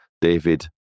David